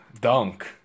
dunk